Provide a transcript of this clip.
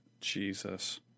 Jesus